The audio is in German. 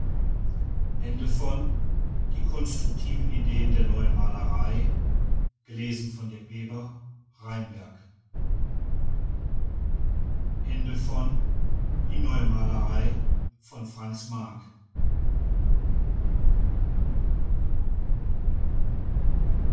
die konstruktiven ideen der neuen malerei